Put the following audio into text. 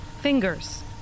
Fingers